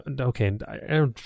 Okay